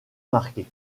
marqué